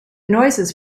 noises